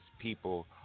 people